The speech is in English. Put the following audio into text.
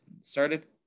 started